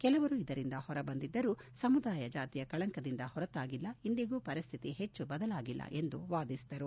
ಕೆಲವರು ಇದರಿಂದ ಹೊರ ಬಂದಿಧರೂ ಸಮುದಾಯ ಜಾತಿಯ ಕಳಂಕದಿಂದ ಹೊರತಾಗಿಲ್ಲ ಇಂದಿಗೂ ಪರಿಸ್ತಿತಿ ಹೆಚ್ಚು ಬದಲಾಗಿಲ್ಲ ಎಂದು ವಾದಿಸಿದರು